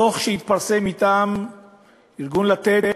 הדוח שהתפרסם מטעם ארגון "לתת"